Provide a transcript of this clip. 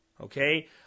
okay